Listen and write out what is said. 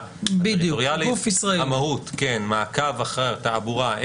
הטריטוריאלית המהות מעקב אחר תעבורה,